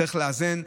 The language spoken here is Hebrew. צריך לאזן,